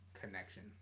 connection